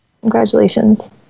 Congratulations